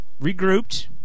regrouped